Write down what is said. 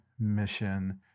mission